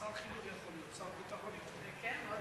שר חינוך יכול להיות, שר ביטחון יכול להיות, אגב,